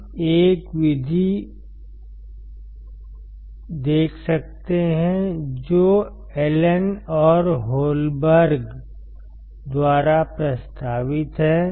हम एक और विधि देख सकते हैं जो एलन और होलबर्ग द्वारा प्रस्तावित है